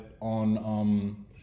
On